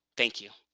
thank you.